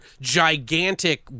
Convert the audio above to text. gigantic